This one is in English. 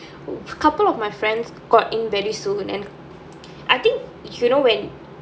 couple of my friends got in very soon and I think you know when